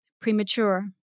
premature